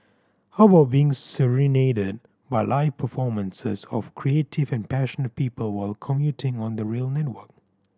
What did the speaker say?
how about being serenaded by live performances of creative and passionate people while commuting on the rail network